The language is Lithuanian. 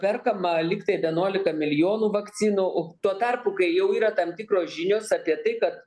perkama lygtai vienuolika milijonų vakcinų o tuo tarpu kai jau yra tam tikros žinios apie tai kad